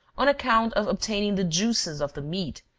on account of obtaining the juices of the meat,